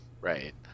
right